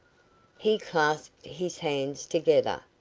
he clasped his hands together,